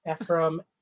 Ephraim